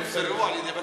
אני אתן